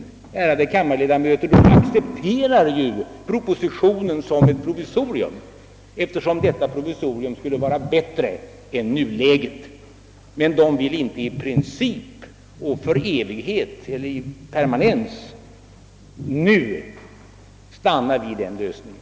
De accepterar propositionen som ett provisorium, eftersom detta provisorium skulle vara bättre än nuläget, men de vill inte permanent stanna vid den lösningen.